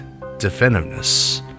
definitiveness